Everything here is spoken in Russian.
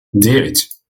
девять